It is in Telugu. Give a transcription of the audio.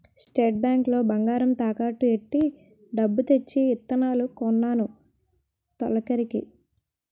స్టేట్ బ్యాంకు లో బంగారం తాకట్టు ఎట్టి డబ్బు తెచ్చి ఇత్తనాలు కొన్నాను తొలకరికి